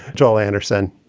joel anderson,